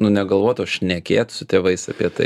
nu negalvot o šnekėt su tėvais apie tai